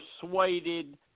persuaded